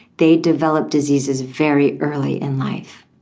they develop diseases very early in life.